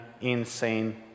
insane